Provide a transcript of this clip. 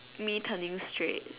me turning straight